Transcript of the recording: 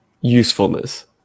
usefulness